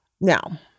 Now